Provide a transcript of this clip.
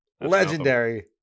Legendary